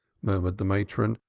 murmured the matron,